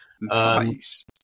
Nice